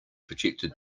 projected